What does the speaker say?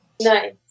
Nice